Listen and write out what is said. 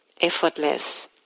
effortless